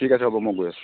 ঠিক আছে হ'ব মই গৈ আছোঁ